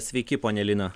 sveiki ponia lina